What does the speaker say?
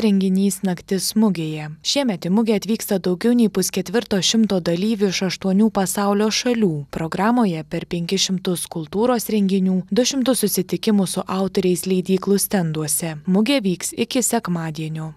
renginys naktis mugėje šiemet į mugę atvyksta daugiau nei pusketvirto šimto dalyvių iš aštuonių pasaulio šalių programoje per penkis šimtus kultūros renginių du šimtus susitikimų su autoriais leidyklų stenduose mugė vyks iki sekmadienio